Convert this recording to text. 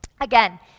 again